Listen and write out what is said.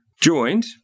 joined